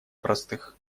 простых